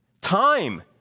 time